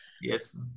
Yes